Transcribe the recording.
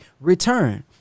return